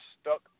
stuck